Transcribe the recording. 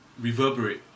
reverberate